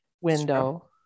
window